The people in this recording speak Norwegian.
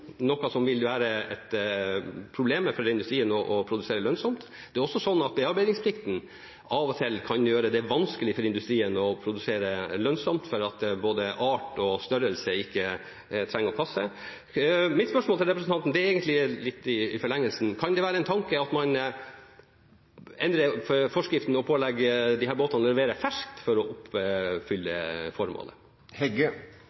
noe som vil være et problem for industrien med tanke på å produsere lønnsomt. Det er også slik at bearbeidingsplikten av og til kan gjøre det vanskelig for industrien å produsere lønnsomt om verken art eller størrelse passer. Mitt spørsmål til representanten er egentlig litt i forlengelsen av det. Kan det være en tanke at man endrer forskriften og pålegger disse båtene å levere fersk fisk for å oppfylle